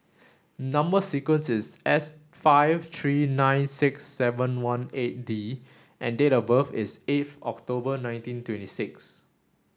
number sequence is S five three nine six seven one eight D and date of birth is eight October nineteen twenty six